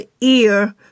ear